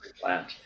plant